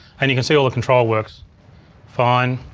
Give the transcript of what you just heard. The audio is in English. and you can see all the control works fine.